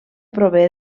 prové